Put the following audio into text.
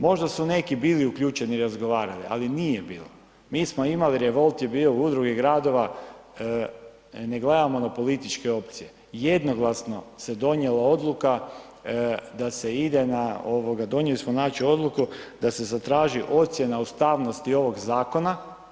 Možda su neki bili uključeni i razgovarali ali nije bilo, mi smo imali, revolt je bio u Udruzi gradova, ne gledamo na političke opcije, jednoglasno se donijela odluka da se ide na, donijeli smo znači odluku da se zatraži ocjena ustavnosti ovog zakona.